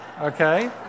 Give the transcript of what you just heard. Okay